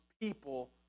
people